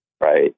right